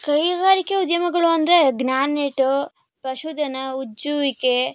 ಕೈಗಾರಿಕೆ ಉದ್ಯಮಗಳು ಅಂದರೆ ಗ್ರಾನೈಟು ಪಶು ದನ ಉಜ್ಜುವಿಕೆ